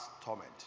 torment